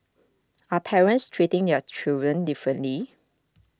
are parents treating their children differently